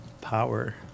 power